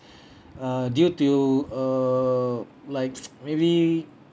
uh due to err like maybe